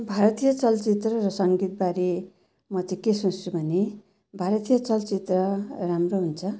भारतीय चलचित्र र सङ्गीतबारे म चाहिँ के सोच्छु भने भारतीय चलचित्र राम्रो हुन्छ